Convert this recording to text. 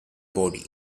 body